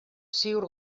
ziur